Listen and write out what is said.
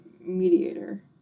mediator